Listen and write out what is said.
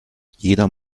jeder